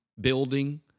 building